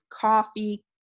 coffee